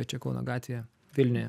tai čia kauno gatvėje vilniuje